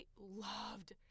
loved